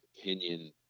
opinion